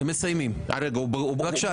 בבקשה,